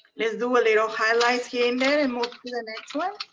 let's do a little highlight here you know um ah the next one